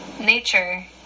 Nature